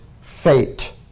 fate